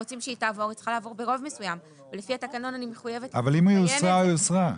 מי בעד?